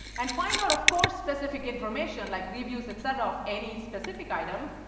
and find out, of course, specific information like reviews, et cetera of any specific item,